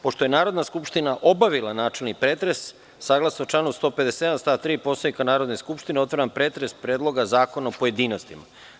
Pošto je Narodna skupština obavili načelni pretres, saglasno članu 157. stav 3. Poslovnika Narodne skupštine, otvaram pretres Predloga zakona u pojedinostima.